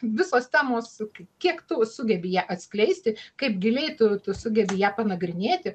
visos temos kiek tu sugebi ją atskleisti kaip giliai tu tu sugebi ją panagrinėti